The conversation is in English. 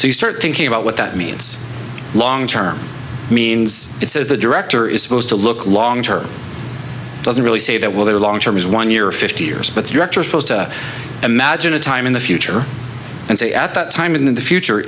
you start thinking about what that means long term means it's as the director is supposed to look long term doesn't really say that well their long term is one year or fifty years but the rector supposed to imagine a time in the future and say at that time in the future